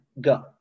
go